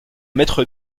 mètre